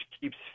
keeps